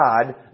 God